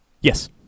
Yes